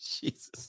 Jesus